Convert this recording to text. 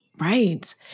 Right